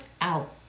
out